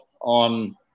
on